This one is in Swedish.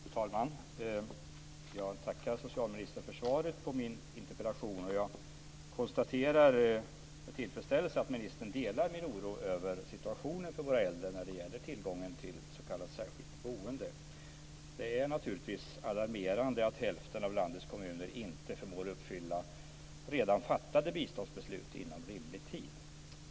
Fru talman! Jag tackar socialministern för svaret på min interpellation. Jag konstaterar med tillfredsställelse att ministern delar min oro över situationen för våra äldre när det gäller tillgången till s.k. särskilt boende. Det är naturligtvis alarmerande att hälften av landets kommuner inte förmår uppfylla redan fattade biståndsbeslut inom rimlig tid.